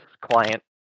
client